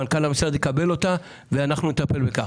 מנכ"ל המשרד יקבל אותה ואנחנו נטפל בכך.